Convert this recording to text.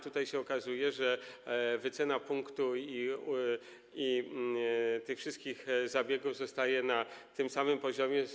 Tutaj okazuje się, że wycena punktu i tych wszystkich zabiegów zostaje na tym samym poziomie.